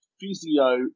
physio